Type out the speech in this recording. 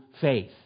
faith